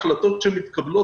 וגם מבחינת החלטות שמתקבלות,